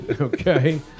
Okay